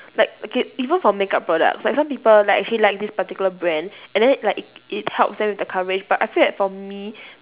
like okay even for makeup products like some people like actually like this particular brand and then like it it helps them with the coverage but I feel that for me